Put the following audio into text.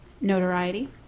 notoriety